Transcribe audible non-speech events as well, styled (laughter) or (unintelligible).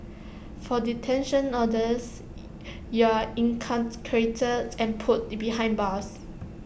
for detention orders you're incarcerated and put (unintelligible) behind bars